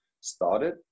started